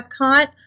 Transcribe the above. Epcot